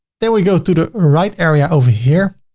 there we go through the right area over here.